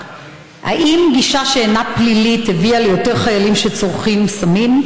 האם גישה שאינה פלילית הביאה ליותר חיילים שצורכים סמים,